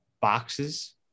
boxes